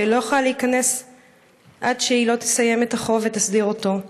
אבל היא לא יכולה להיכנס עד שהיא לא תסיים את החוב ותסדיר אותו.